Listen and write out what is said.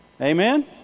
Amen